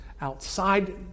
outside